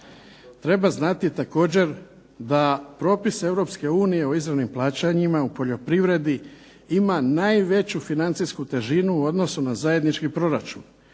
Treba znati također da propis Europske unije u izravnim plaćanjima u poljoprivredi ima najveću financijsku težinu u odnosu na zajednički proračun.